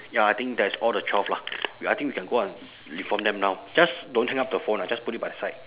ya I think that is all the twelve lah wait I think we can go out and inform them now just don't hang up the phone ah just put it by the side